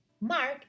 Mark